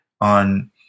on